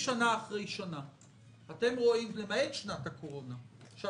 למעט שנת הקורונה,